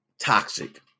toxic